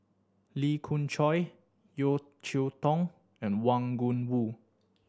Lee Khoon Choy Yeo Cheow Tong and Wang Gungwu